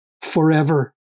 forever